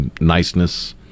niceness